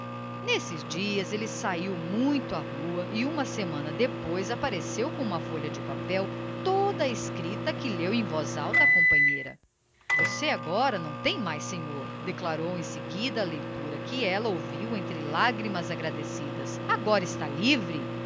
nesse dia ele saiu muito à rua e uma semana depois apareceu com uma folha de papel toda escrita que leu em voz alta à companheira você agora não tem mais senhor declarou em seguida à leitura que ela ouviu entre lágrimas agradecidas agora está livre